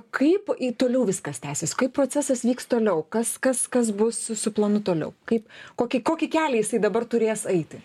kaip toliau viskas tęsis kaip procesas vyks toliau kas kas kas bus su planu toliau kaip kokį kokį kelią jisai dabar turės eiti